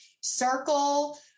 circle